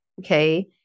Okay